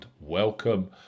welcome